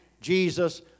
Jesus